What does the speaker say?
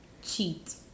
Cheat